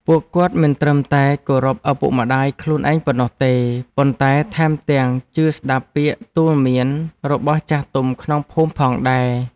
ពួកគាត់មិនត្រឹមតែគោរពឪពុកម្តាយខ្លួនឯងប៉ុណ្ណោះទេ ប៉ុន្តែថែមទាំងជឿស្តាប់ពាក្យទូន្មានរបស់ចាស់ទុំក្នុងភូមិផងដែរ។